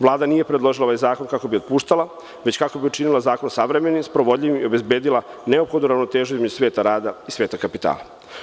Vlada nije predložila ovaj zakon kako bi otpuštala, već kako bi učinila zakon savremenim, sprovodljivim i obezbedila neophodnu ravnotežu između sveta rada i sveta kapitala.